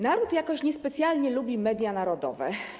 Naród jakoś niespecjalnie lubi media narodowe.